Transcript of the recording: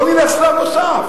בואו נלך שלב נוסף.